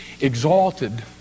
exalted